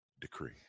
decree